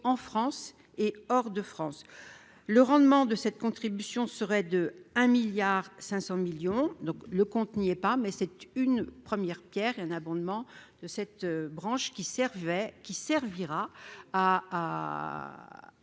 en France et hors de France, le rendement de cette contribution serait de un milliard 500 millions donc le compte n'y est pas, mais c'est une première Pierre, un abondement de cette branche qui servait